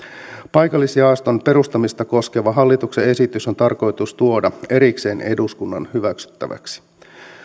paikallisjaoston perustamista koskeva hallituksen esitys on tarkoitus tuoda erikseen eduskunnan hyväksyttäväksi